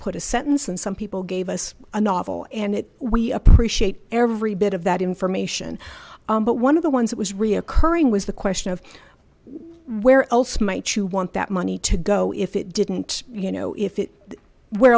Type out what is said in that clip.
put a sentence and some people gave us a novel and it we appreciate every bit of that information but one of the ones that was reoccurring was the question of where else might you want that money to go if it didn't you know if it where